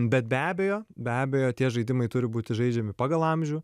bet be abejo be abejo tie žaidimai turi būti žaidžiami pagal amžių